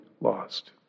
lost